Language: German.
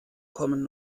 kommen